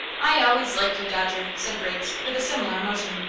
i always liked you, dodger, said briggs, with a similar motion.